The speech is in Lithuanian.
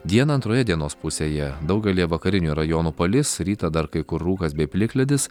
dieną antroje dienos pusėje daugelyje vakarinių rajonų palis rytą dar kai kur rūkas bei plikledis